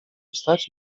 wstać